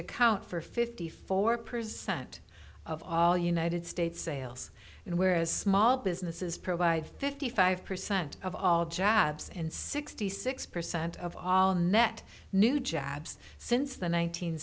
account for fifty four percent of all united states sales and whereas small businesses provide fifty five percent of all jobs and sixty six percent of all net new jobs since the